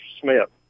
Smith